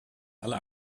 alle